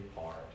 hard